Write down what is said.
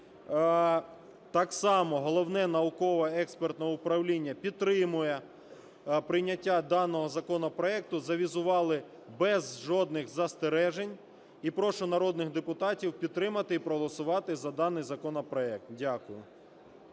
Так само Головне науково-експертне управління підтримує прийняття даного законопроекту, завізували без жодних застережень. І прошу народних депутатів підтримати і проголосувати за даний законопроект. Дякую.